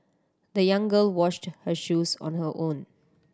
the young girl washed her shoes on her own